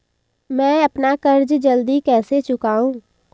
मैं अपना कर्ज जल्दी कैसे चुकाऊं?